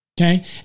okay